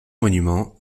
monument